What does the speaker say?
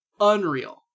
unreal